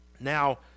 Now